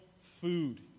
food